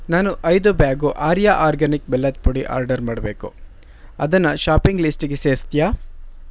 ನಾನು ಐದು ಬ್ಯಾಗು ಆರ್ಯ ಆರ್ಗ್ಯಾನಿಕ್ ಬೆಲ್ಲದ ಪುಡಿ ಆರ್ಡರ್ ಮಾಡಬೇಕು ಅದನ್ನು ಶಾಪಿಂಗ್ ಲಿಸ್ಟಿಗೆ ಸೇರಿಸ್ತ್ಯಾ